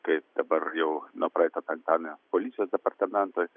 kaip dabar jau nuo praeito penktadienio policijos departamentui